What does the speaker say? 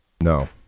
No